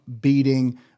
beating